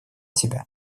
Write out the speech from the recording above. тебя